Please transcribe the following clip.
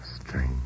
strange